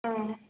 ஆ